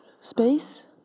space